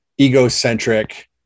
egocentric